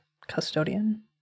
custodian